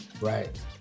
Right